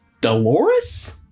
Dolores